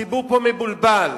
הציבור מבולבל.